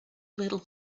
little